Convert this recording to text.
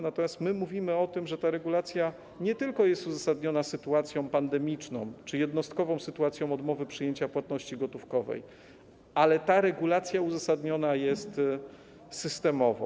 Natomiast my mówimy o tym, że ta regulacja nie tylko jest uzasadniona sytuacją pandemiczną czy jednostkową sytuacją odmowy przyjęcia płatności gotówkowej, ale także jest uzasadniona systemowo.